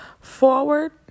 forward